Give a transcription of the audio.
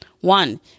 One